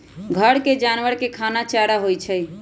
घर के जानवर के खाना चारा होई छई